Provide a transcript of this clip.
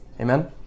amen